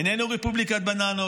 איננו רפובליקת בננות".